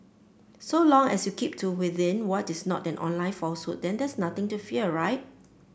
so long as you keep to within what is not an online falsehood then there's nothing to fear right